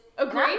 Agree